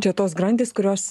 čia tos grandys kurios